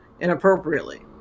inappropriately